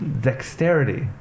dexterity